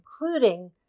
including